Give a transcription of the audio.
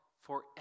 forever